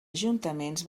ajuntaments